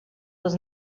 was